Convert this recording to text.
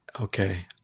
Okay